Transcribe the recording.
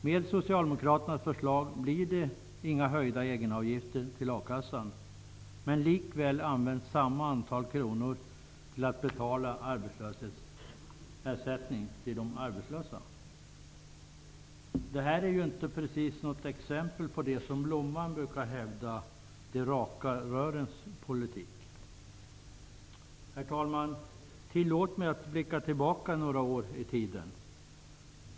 Med Socialdemokraternas förslag blir det inga höjda egenavgifter till a-kassan, men likväl används samma antal kronor till att betala arbetslöshetsersättning till de arbetslösa. Detta är inte precis något exempel på det som ''Blomman'' brukar kalla de raka rörens politik. Herr talman! Tillåt mig att blicka tillbaka några år i tiden.